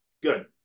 Good